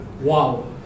Wow